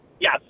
Yes